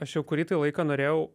aš jau kurį tai laiką norėjau